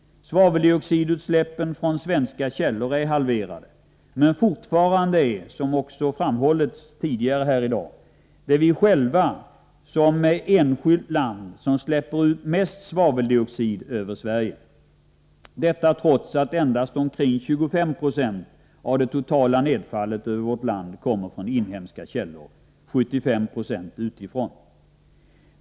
Svaveldioxidutsläppen från svenska källor är halverade. Men fortfarande är det, som tidigare framhållits, vi själva som ett enskilt land som släpper ut mest svaveldioxid över Sverige, detta trots att endast omkring 25 96 av det totala nedfallet över vårt land kommer från inhemska källor och ca 75 90 utifrån.